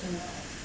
एहिमे आर आगू